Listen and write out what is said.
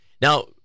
Now